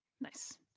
Nice